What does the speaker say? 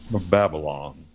babylon